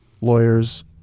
lawyers